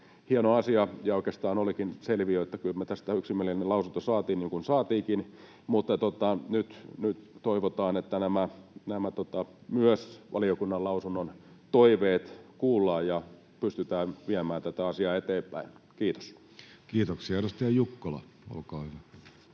hieno asia. Oikeastaan olikin selviö, että kyllä me tästä yksimielinen lausunto saadaan niin kuin saatiinkin. Mutta nyt toivotaan, että myös nämä valiokunnan lausunnon toiveet kuullaan ja pystytään viemään tätä asiaa eteenpäin. — Kiitos. [Speech 7] Speaker: Jussi Halla-aho